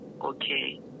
okay